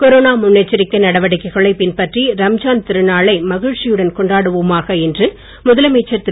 corona முன்னெச்சரிக்கை நடவடிக்கைகளை பின்பற்றி ரம்ஜான் மகிழ்ச்சியுடன் கொண்டாடுவோமாக என்று கிருநாளை முதலமைச்சர் திரு